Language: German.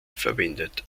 verwendet